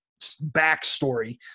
backstory